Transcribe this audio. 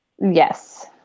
Yes